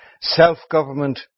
Self-government